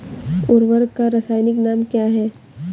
उर्वरक का रासायनिक नाम क्या है?